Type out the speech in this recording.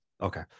Okay